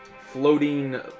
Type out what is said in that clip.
Floating